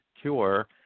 cure